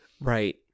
right